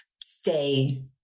stay